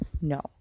no